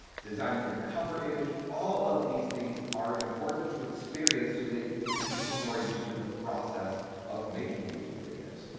designing your cover image, all of these things are important to experience so that you can become used to the process of making youtube videos,